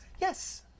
yes